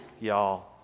y'all